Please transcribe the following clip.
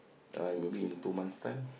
uh maybe in two months' time